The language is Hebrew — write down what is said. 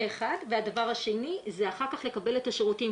זה אחת, והדבר השני זה אחר כך לקבל את השירותים.